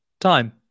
time